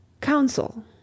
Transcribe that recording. Council